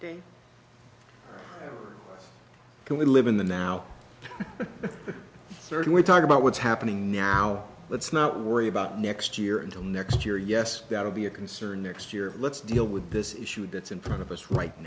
cuts can we live in the now certain we talk about what's happening now let's not worry about next year until next year yes that would be a concern next year let's deal with this issue that's in front of us right